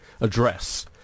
address